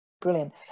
brilliant